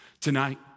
Tonight